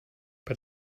bei